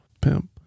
pimp